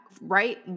right